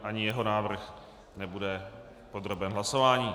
Ani jeho návrh tedy nebude podroben hlasování.